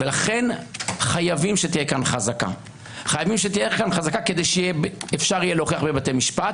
לכן חייבים שתהיה כאן חזקה כדי שאפשר יהיה להוכיח בבתי משפט,